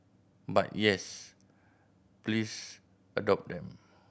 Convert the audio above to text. but yes please adopt them